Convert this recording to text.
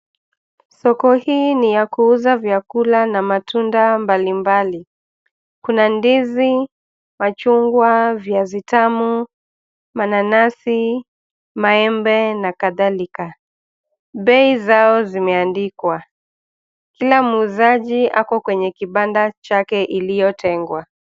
Soko hii ni ya kuuza vyakula na matunda mbalibali. Kuna ndizi, machungwa, viazi tamu, mananasi, maembe na kadhalika. Bei zao zimeandikwa. Kila muuzaji ako kwenye kibanda chake iliyotengwa.